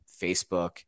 facebook